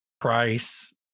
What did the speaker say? price